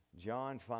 John